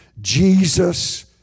Jesus